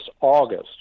August